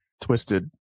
twisted